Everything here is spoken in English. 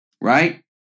right